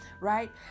right